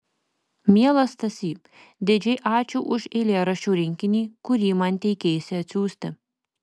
mielas stasy didžiai ačiū už eilėraščių rinkinį kurį man teikeisi atsiųsti